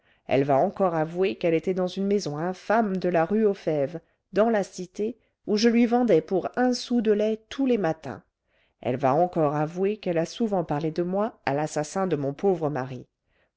elle va encore avouer qu'elle était dans une maison infâme de la rue aux fèves dans la cité où je lui vendais pour un sou de lait tous les matins elle va encore avouer qu'elle a souvent parlé de moi à l'assassin de mon pauvre mari